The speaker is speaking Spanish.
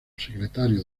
secretario